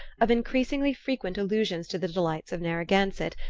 of increasingly frequent allusions to the delights of narragansett,